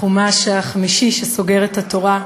החומש החמישי, שסוגר את התורה,